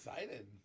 Excited